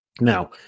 Now